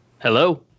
Hello